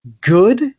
good